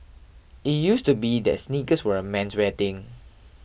it used to be that sneakers were a menswear thing